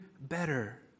better